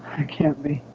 can't be